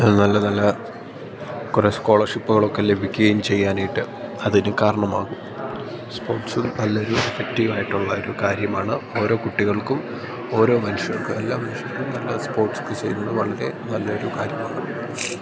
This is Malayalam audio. നല്ല നല്ല കുറേ സ്കോളർഷിപ്പുകളൊക്കെ ലഭിക്കുകയും ചെയ്യാനായിട്ട് അതിന് കാരണമാകും സ്പോർട്സ് നല്ല ഒരു എഫക്റ്റീവ് ആയിട്ടുള്ള ഒരു കാര്യമാണ് ഓരോ കുട്ടികൾക്കും ഓരോ മനുഷ്യർക്കും എല്ലാ മനുഷ്യർക്കും നല്ല സ്പോർട്സൊക്കെ ചെയ്യുന്നത് വളരെ നല്ല ഒരു കാര്യമാണ്